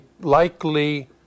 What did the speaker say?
likely